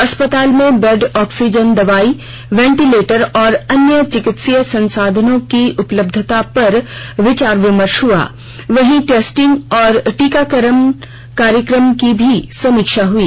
अस्पतालों में bed oxygen दवाई वेंटिलेटर्स और अन्य चिकित्सीय संसाधनों की उपलब्धता पर विचार विमर्श हुआ वहीं टेस्टिंग और टीकाकरण कार्यक्रम की भी समीक्षा हुई